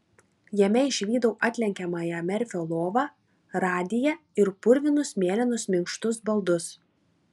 jame išvydau atlenkiamąją merfio lovą radiją ir purvinus mėlynus minkštus baldus